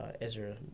Ezra